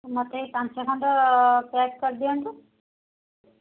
ମୋତେ ପାଞ୍ଚ ଖଣ୍ଡ ପ୍ୟାକ୍ କରିଦିଅନ୍ତୁ